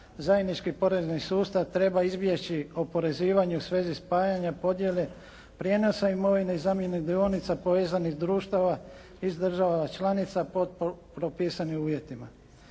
zajednički porezni sustav treba izbjeći oporezivanje u svezi spajanja, podjele, prijenosa imovine i zamjene dionica povezanih društava iz država članica pod propisanim uvjetima.